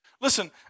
Listen